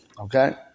okay